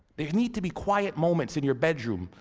there need to be quiet moments in your bedroom,